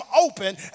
open